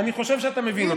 אני חושב שאתה מבין אותי.